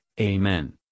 amen